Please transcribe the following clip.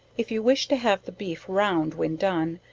if you wish to have the beef round when done,